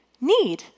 need